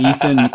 Ethan